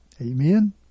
Amen